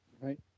Right